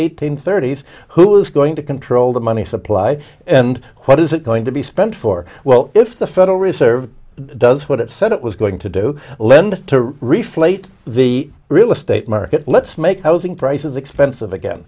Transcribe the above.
hundred thirty s who's going to control the money supply and what is it going to be spent for well if the federal reserve does what it said it was going to do lend to reflate the real estate market let's make housing prices expensive again